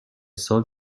سال